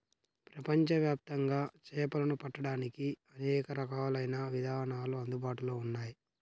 ప్రపంచవ్యాప్తంగా చేపలను పట్టడానికి అనేక రకాలైన విధానాలు అందుబాటులో ఉన్నాయి